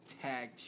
tag